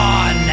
on